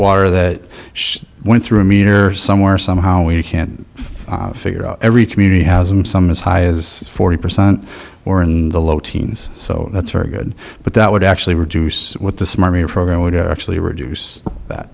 water that she went through a meter somewhere somehow we can't figure out every community has them some as high as forty percent or in the low teens so that's very good but that would actually reduce what the smarmy program would actually reduce that